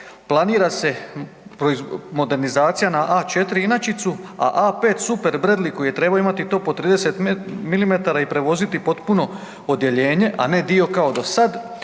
Planira se modernizacija na A4 inačicu, a A5 super Bradley koji je trebao imati top od 30 mm i prevoziti potpuno odjeljenje, a ne dio kao do sad